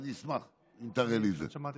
אני אשמח אם תראה לי את זה.